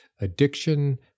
addiction